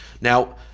Now